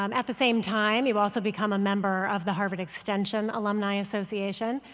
um at the same time, you also become a member of the harvard extension alumni association,